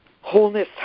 wholeness